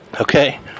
Okay